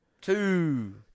Two